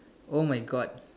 oh my god